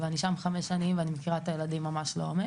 אני שם חמש שנים ואני מכירה את הילדים ממש לעומק,